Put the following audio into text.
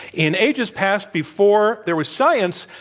in ages past, before there was science,